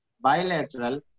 bilateral